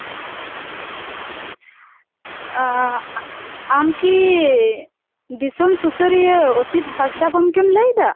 ᱟᱢᱠᱤ ᱫᱤᱥᱚᱢ ᱥᱩᱥᱟᱹᱨᱤᱭᱟᱹ ᱚᱥᱤᱛ ᱦᱟᱸᱥᱫᱟ ᱜᱚᱝᱠᱮᱢ ᱞᱟᱹᱭᱮᱫᱟ